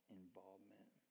involvement